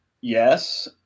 yes